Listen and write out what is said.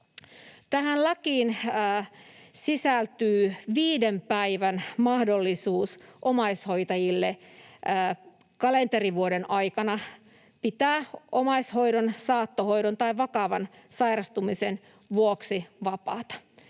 Tähän lakiin sisältyy viiden päivän mahdollisuus omaishoitajille kalenterivuoden aikana pitää omaishoidon, saattohoidon tai vakavan sairastumisen vuoksi vapaata.